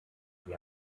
die